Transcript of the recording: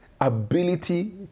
ability